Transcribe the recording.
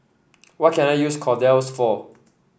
what can I use Kordel's for